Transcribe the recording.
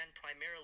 primarily